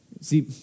See